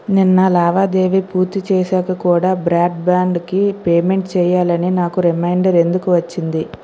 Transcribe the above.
నిన్న లావాదేవీ పూర్తి చేసాక కూడా బ్రాడ్బాండ్కి పేమెంట్ చేయాలని నాకు రిమైండర్ ఎందుకు వచ్చింది